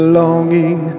longing